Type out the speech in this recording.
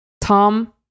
tom